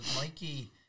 Mikey